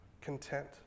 content